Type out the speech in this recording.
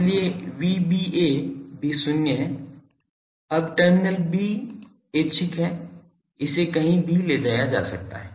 इसलिए Vba भी शून्य है अब टर्मिनल 'b ऐच्छिक है इसे कहीं भी ले जाया जा सकता है